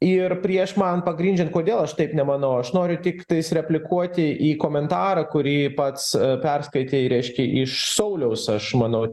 ir prieš man pagrindžiant kodėl aš taip nemanau aš noriu tiktais replikuoti į komentarą kurį pats perskaitei reiškia iš sauliaus aš manau